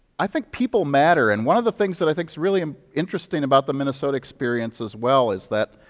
i think people matter. and one of the things that i thinkis really interesting about the minnesota experience, as well, is that,